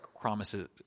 promises